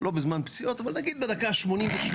לא בזמן פציעות, אבל נגיד בדקה ה-88,